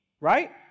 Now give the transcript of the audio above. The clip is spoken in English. right